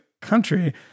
country